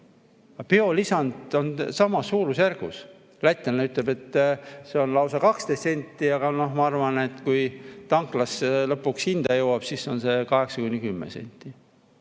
Aga biolisand on samas suurusjärgus. Lätlane ütleb, et see on lausa 12 senti, aga ma arvan, et kui see tanklas lõpuks hinda jõuab, siis on see 8–10 senti.